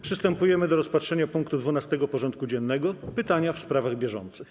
Przystępujemy do rozpatrzenia punktu 12. porządku dziennego: Pytania w sprawach bieżących.